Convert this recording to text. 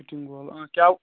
fitting وول اۭں کیٛاو